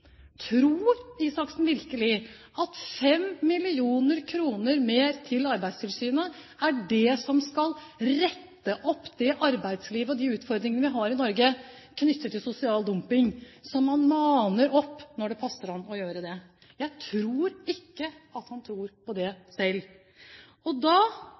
at 5 mill. kr mer til Arbeidstilsynet kan rette opp dette når det gjelder arbeidslivet og utfordringene vi har i Norge knyttet til sosial dumping, som han maner opp når det passer ham å gjøre det? Jeg tror ikke at han tror på det selv. Når han da